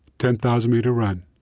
ten thousand meter run.